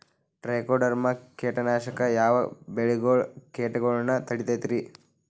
Trichoderma ಕೇಟನಾಶಕ ಯಾವ ಬೆಳಿಗೊಳ ಕೇಟಗೊಳ್ನ ತಡಿತೇತಿರಿ?